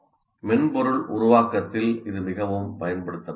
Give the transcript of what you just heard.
மென்பொருள் உருவாக்கத்தில் இது மிகவும் பயன்படுத்தப்படுகிறது